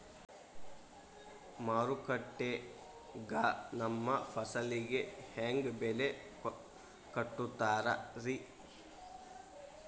ಮಾರುಕಟ್ಟೆ ಗ ನಮ್ಮ ಫಸಲಿಗೆ ಹೆಂಗ್ ಬೆಲೆ ಕಟ್ಟುತ್ತಾರ ರಿ?